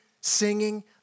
singing